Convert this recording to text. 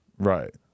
Right